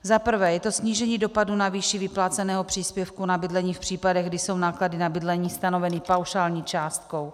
Za prvé je to snížení dopadu na výši vypláceného příspěvku na bydlení v případech, kdy jsou náklady na bydlení stanoveny paušální částkou.